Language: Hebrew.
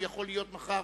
הוא יכול להיות מחר